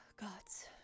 God's